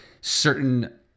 certain